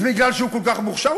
זה מפני שהוא כל כך מוכשר?